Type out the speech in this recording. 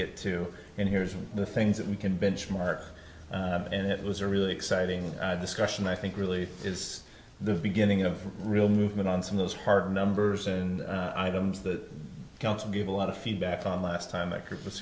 get to and here's the things that we can benchmark and it was a really exciting discussion i think really is the beginning of real movement on some those hard numbers and items that council give a lot of feedback on last time at christmas